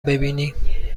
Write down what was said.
ببینی